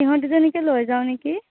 সিহঁত দুজনীকে লৈ যাওঁ নেকি